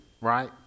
Right